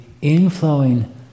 inflowing